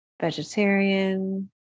vegetarian